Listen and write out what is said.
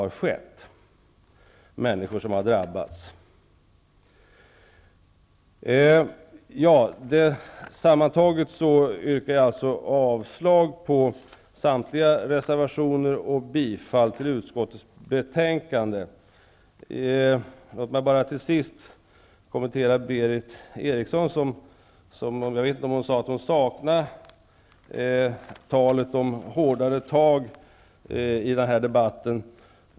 Det gäller t.ex. människor som har drabbats. Jag yrkar således avslag på samtliga reservationer och bifall till hemställan i utskottets betänkande. Avslutningsvis vill jag rikta en kommentar till Berith Eriksson. Hon sade något i stil med att hon saknar talet om hårdare tag i den här debatten.